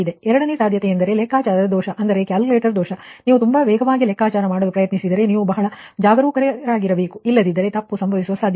ಎರಡನೆಯ ಸಾಧ್ಯತೆಯೆಂದರೆ ಲೆಕ್ಕಾಚಾರದ ದೋಷ ಅಂದರೆ ಕ್ಯಾಲ್ಕುಲೇಟರ್ ದೋಷ ನೀವು ತುಂಬಾ ವೇಗವಾಗಿ ಲೆಕ್ಕಾಚಾರ ಮಾಡಲು ಪ್ರಯತ್ನಿಸಿದರೆ ನೀವು ಬಹಳ ಜಾಗರೂಕರಾಗಿರಬೇಕು ಇಲ್ಲದಿದ್ದರೆ ತಪ್ಪು ಸಂಭವಿಸುವ ಸಾಧ್ಯತೆಯಿದೆ